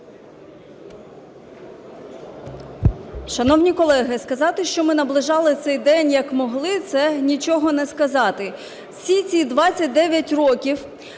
Шановні колеги, сказати, що ми наближали цей день, як могли, це нічого не сказати. Всі ці 29 років